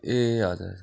ए हजर